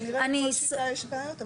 כנראה בכל שיטה יש בעיות,